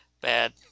bad